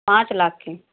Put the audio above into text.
पाँच लाख के